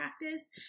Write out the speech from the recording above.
practice